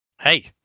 Hey